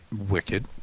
wicked